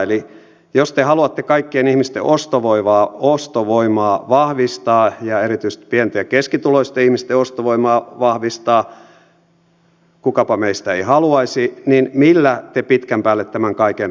eli jos te haluatte kaikkien ihmisten ostovoimaa vahvistaa ja erityisesti pieni ja keskituloisten ihmisten ostovoimaa vahvistaa kukapa meistä ei haluaisi niin millä te pitkän päälle tämän kaiken rahoitatte